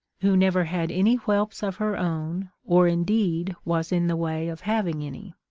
who never had any whelps of her own, or indeed was in the way of having any.